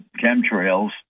chemtrails